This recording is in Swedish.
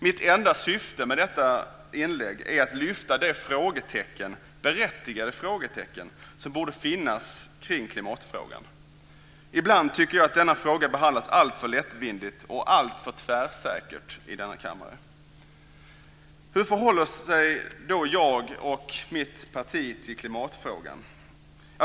Mitt enda syfte med detta inlägg är att peka på de frågetecken - berättigade frågetecken - som borde finnas kring klimatfrågan. Ibland tycker jag att denna fråga behandlas alltför lättvindigt och alltför tvärsäkert i denna kammare. Hur förhåller jag och mitt parti oss då till klimatfrågan?